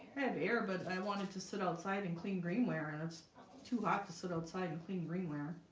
and air but i wanted to sit outside and clean green ware and it's too hot to sit outside and clean green wear